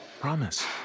Promise